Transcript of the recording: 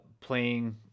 playing